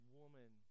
woman